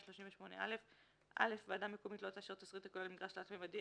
138א. (א)ועדה מקומית לא תאשר תשריט הכולל מגרש תלת־ממדי,